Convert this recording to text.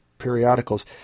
periodicals